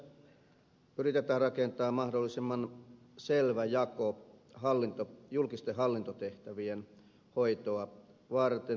tässä hallituksen esityksessä yritetään rakentaa mahdollisimman selvä jako julkisten hallintotehtävien hoitoa varten